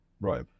Right